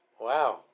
Wow